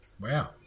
Wow